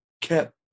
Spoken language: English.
kept